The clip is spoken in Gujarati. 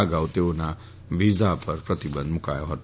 અગાઉ તેઓના વિઝા પર પ્રતિબંધ મુકાયો હતો